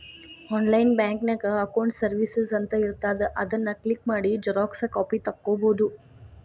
online ಬ್ಯಾಂಕಿನ್ಯಾಗ accounts services ಅಂತ ಇರ್ತಾದ ಅದನ್ ಕ್ಲಿಕ್ ಮಾಡಿ ಝೆರೊಕ್ಸಾ ಕಾಪಿ ತೊಕ್ಕೊಬೋದು